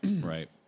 right